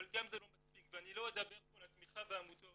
אבל גם זה לא מספיק ואני לא אדבר פה על התמיכה בעמותות